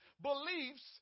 beliefs